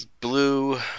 Blue